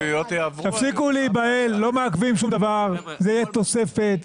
תפסיקו להיבהל, לא מעכבים שום דבר, זה יהיה תוספת.